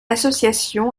association